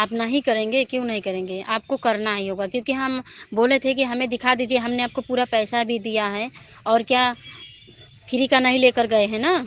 आप नहीं करेंगे क्यों नहीं करेंगे आपको करना ही होगा क्योंकि हम बोले थे कि हमें दिखा दीजिए हम ने आपको पूरा पैसा भी दिया है और क्या फ्री का नहीं ले कर गए हैं ना